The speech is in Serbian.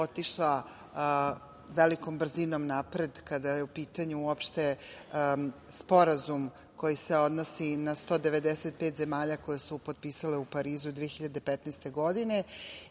otišla velikom brzinom napred kada je u pitanju uopšte sporazum koji se odnosi na 195 zemalja koje su potpisale u Parizu 2015. godine